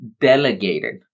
delegated